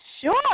Sure